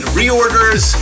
reorders